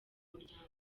muryango